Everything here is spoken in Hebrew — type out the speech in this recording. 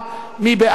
מי נגד?